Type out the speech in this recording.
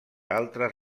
altres